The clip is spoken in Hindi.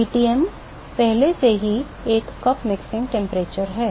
dTm पहले से ही एक कप मिश्रण तापमान है